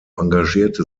engagierte